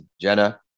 Jenna